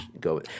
go